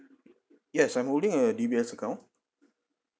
yes I'm holding a D_B_S account